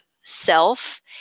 self